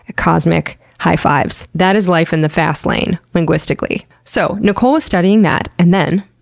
ah cosmic high-fives. that is life in the fast lane linguistically. so, nicole was studying that, and then,